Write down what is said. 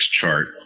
chart